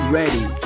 ready